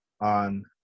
on